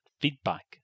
feedback